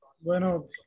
Bueno